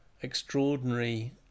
extraordinary